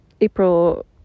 April